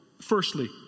Firstly